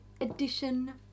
edition